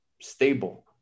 stable